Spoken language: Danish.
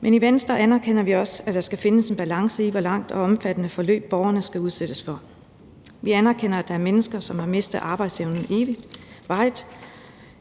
Men i Venstre anerkender vi også, at der skal findes en balance i, hvor langt og omfattende et forløb borgerne skal udsættes for. Vi anerkender, at der er mennesker, som har mistet arbejdsevnen varigt,